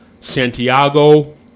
Santiago